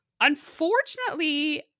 Unfortunately